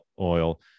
oil